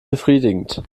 befriedigend